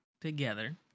together